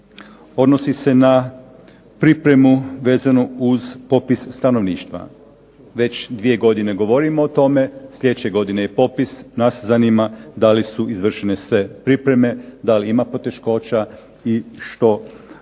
odnosi se na pripremu vezanu uz popis stanovništva. Već dvije godine govorimo o tome, sljedeće godine je popis, nas zanima da li su izvršene sve pripreme, da li ima poteškoća i što